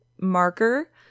marker